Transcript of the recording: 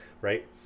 right